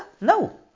No